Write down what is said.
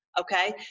okay